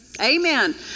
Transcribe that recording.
Amen